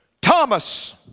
Thomas